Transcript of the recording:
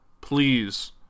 Please